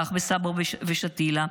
כך בסברה ושתילה,